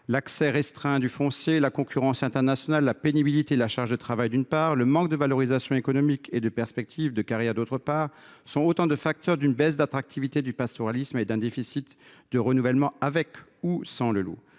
L’accès restreint au foncier, la concurrence internationale, la pénibilité, la charge de travail, le manque de valorisation économique et de perspectives, notamment en termes de carrière, sont autant de facteurs explicatifs d’une baisse d’attractivité du pastoralisme et d’un déficit de renouvellement, avec ou sans le loup.